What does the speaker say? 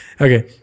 okay